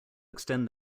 extend